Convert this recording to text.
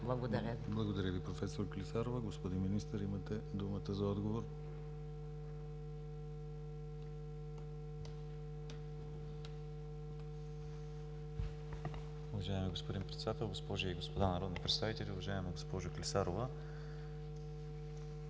Благодаря Ви, проф. Клисарова. Господин Министър, имате думата за отговор. МИНИСТЪР КРАСИМИР ВЪЛЧЕВ: Уважаеми господин Председател, госпожи и господа народни представители, уважаема госпожо Клисарова!